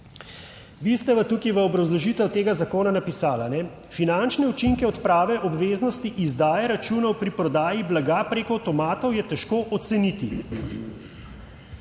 Vi ste tukaj v obrazložitev tega zakona napisali: Finančne učinke odprave obveznosti izdaje računov pri prodaji blaga preko avtomatov je težko oceniti.